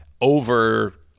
over